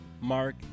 Mark